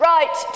Right